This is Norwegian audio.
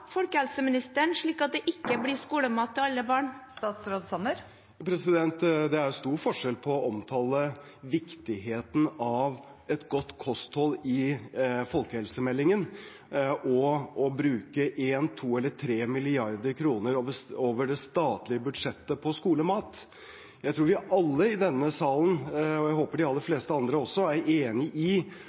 folkehelseministeren, slik at det ikke blir skolemat til alle barn? Det er stor forskjell på å omtale viktigheten av et godt kosthold i folkehelsemeldingen og å bruke 1, 2 eller 3 mrd. kr over det statlige budsjettet på skolemat. Jeg tror vi alle i denne salen – og jeg håper de aller fleste andre også – er enig i